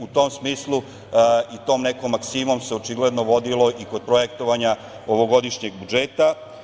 U tom smislu i tom nekom maksimom se očigledno vodilo i kod projektovanja ovogodišnjeg budžeta.